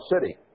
City